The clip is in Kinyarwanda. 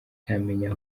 yamenya